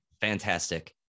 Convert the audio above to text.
Fantastic